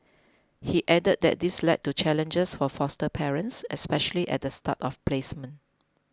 he added that this led to challenges for foster parents especially at the start of placement